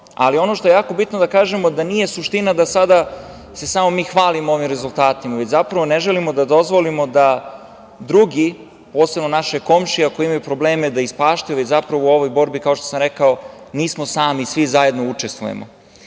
korone. Ono što je jako bitno da kažemo jeste da nije suština da se mi samo hvalimo ovim rezultatima, već, zapravo, ne želimo da dozvolimo da drugi, posebno naše komšije, ako imaju probleme da ispaštaju. U ovoj borbi, kao što sam rekao, nismo sami, već svi zajedno učestvujemo. Mi